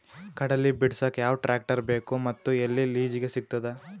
ಕಡಲಿ ಬಿಡಸಕ್ ಯಾವ ಟ್ರ್ಯಾಕ್ಟರ್ ಬೇಕು ಮತ್ತು ಎಲ್ಲಿ ಲಿಜೀಗ ಸಿಗತದ?